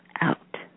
out